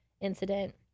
incident